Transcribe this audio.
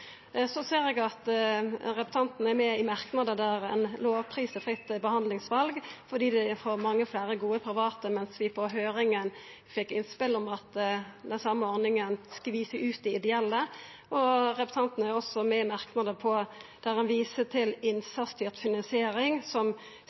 Så ser eg at representanten er med på merknader der ein lovprisar fritt behandlingsval fordi ein får mange fleire gode private, mens vi på høyringa fekk innspel om at den same ordninga skvisar ut dei ideelle, og representanten er også med på merknader der han viser til